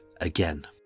again